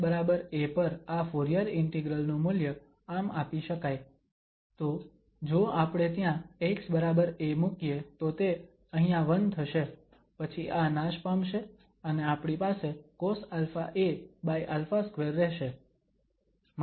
તો xa પર આ ફુરીયર ઇન્ટિગ્રલ નુ મૂલ્ય આમ આપી શકાય તો જો આપણે ત્યાં xa મૂકીએ તો તે અહીંયા 1 થશે પછી આ નાશ પામશે અને આપણી પાસે cosαaα2 રહેશે